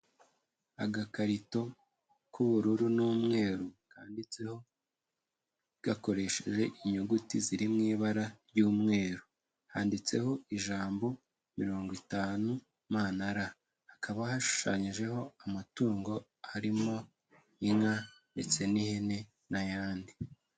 Agakarito k'ubururu n'umweru kanditseho gakoresheje inyuguti ziri mu ibara ry'umweru, handitseho ijambo mirongo itanu na m na l, hakaba hashushanyijeho amatungo arimo inka ndetse n'ihene n'ayandi.